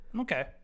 Okay